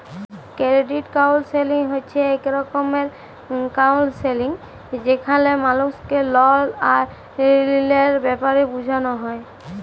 credit counselling হছে ইক রকমের কাউলসেলিংযেখালে মালুসকে লল আর ঋলের ব্যাপারে বুঝাল হ্যয়